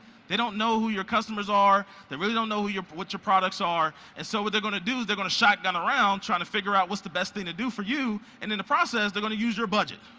they don't know who your customers are, they really don't know but what your products are, and so what they're gonna do is they're gonna shotgun around trying to figure out what's the best thing to do for you, and in the process they're gonna use your budget.